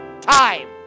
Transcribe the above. time